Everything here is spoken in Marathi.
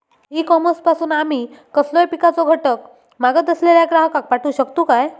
ई कॉमर्स पासून आमी कसलोय पिकाचो घटक मागत असलेल्या ग्राहकाक पाठउक शकतू काय?